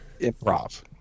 improv